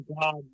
god